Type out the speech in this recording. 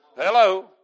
hello